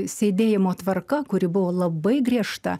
sėdėjimo tvarka kuri buvo labai griežta